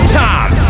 time